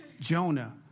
Jonah